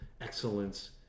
excellence